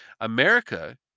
America